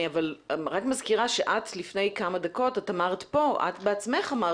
אני רק מזכירה שלפני כמה דקות את בעצמך אמרת